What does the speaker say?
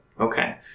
Okay